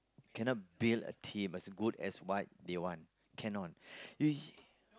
you cannot build a team as good as what they want cannot